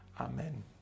Amen